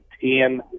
ten